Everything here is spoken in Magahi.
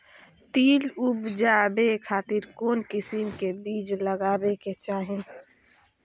तिल उबजाबे खातिर कौन किस्म के बीज लगावे के चाही?